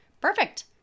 Perfect